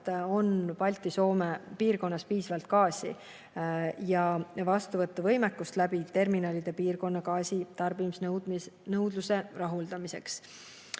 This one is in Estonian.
on Balti-Soome piirkonnas piisavalt gaasi ja vastuvõtuvõimekust terminalide abil piirkonna gaasitarbimise nõudlust rahuldada.